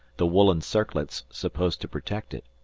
the woolen circlets supposed to protect it.